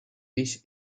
ich